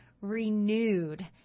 renewed